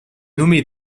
nommée